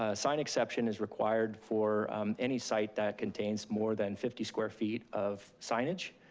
ah sign exception is required for any site that contains more than fifty square feet of signage.